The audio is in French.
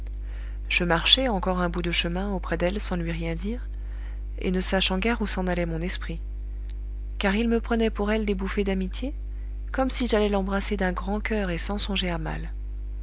je marchai encore un bout de chemin auprès d'elle sans lui rien dire et ne sachant guère où s'en allait mon esprit car il me prenait pour elle des bouffées d'amitié comme si j'allais l'embrasser d'un grand coeur et sans songer à mal